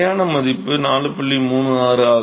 36 ஆகும்